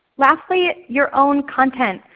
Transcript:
lastly, your own content,